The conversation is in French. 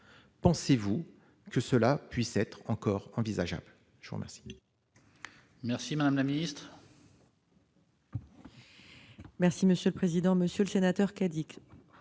pensez-vous que cela puisse être encore envisageable ?